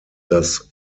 das